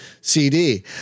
CD